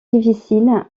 difficile